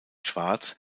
schwarz